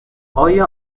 آیا